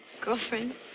girlfriends